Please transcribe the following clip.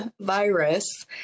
virus